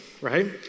right